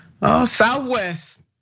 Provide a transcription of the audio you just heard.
Southwest